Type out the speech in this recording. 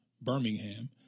Birmingham